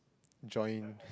join